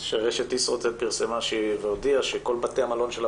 שרשת ישרוטל פרסמה והודיעה שכל בתי המלון שלה